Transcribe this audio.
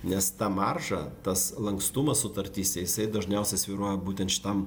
nes ta marža tas lankstumas sutartyse jisai dažniausiai svyruoja būtent šitam